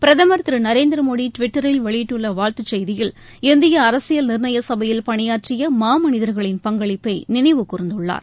பிரதமர் திரு நரேந்திரமோடி டிவிட்டரில் வெளியிட்டுள்ள வாழ்த்துச் செய்தியில் இந்திய அரசியல் நிர்ணய சபையில் பணியாற்றிய மாமனிதர்களின் பங்களிப்பை நினைவு கூர்ந்துள்ளார்